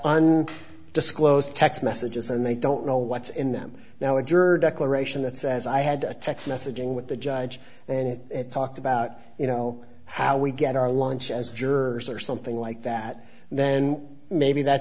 on disclosed text messages and they don't know what's in them now a juror declaration that says i had a text messaging with the judge and it talked about you know how we get our lunch as jurors or something like that then maybe that